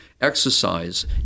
exercise